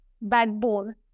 backbone